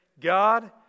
God